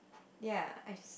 ya I just